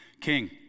king